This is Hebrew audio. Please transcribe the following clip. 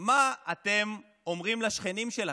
מה אתם אומרים לעצמכם?